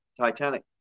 Titanic